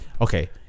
okay